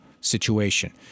situation